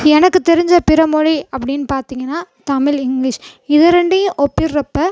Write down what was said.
எனக்கு தெரிஞ்ச பிற மொழி அப்படின்னு பார்த்திங்கன்னா தமிழ் இங்கிலிஷ் இதை ரெண்டையும் ஒப்பிடுறப்ப